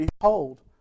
Behold